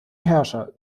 herrscher